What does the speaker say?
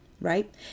right